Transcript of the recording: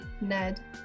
Ned